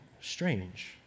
strange